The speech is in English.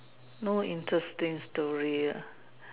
no interesting story ah